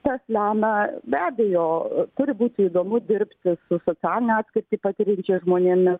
tas lemia be abejo turi būti įdomu dirbti su socialinę atskirtį patiriančiais žmonėmis